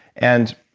and